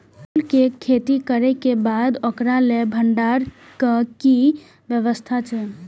फूल के खेती करे के बाद ओकरा लेल भण्डार क कि व्यवस्था अछि?